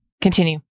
Continue